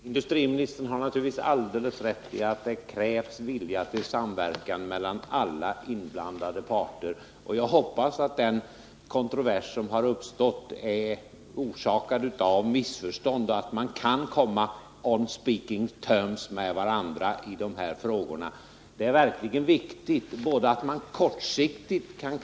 Antalet ansökningar om vapenfri tjänst har ökat. Samtidigt hårdnar repressalierna mot värnpliktsvägrarna. När riksdagen 1978 reformerade vapenfrilagen hävdades att ”ingen längre skulle behöva sitta i fängelse för värnpliktsvägran”. Så har inte blivit fallet.